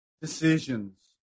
decisions